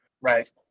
right